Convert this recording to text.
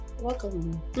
welcome